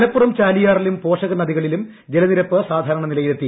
മലപ്പുറം ചാലിയാറിലും പോഷകനദികളിലും ജലനിരപ്പ് സാധാരണ നിലയിലെത്തി